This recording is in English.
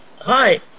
hi